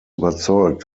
überzeugt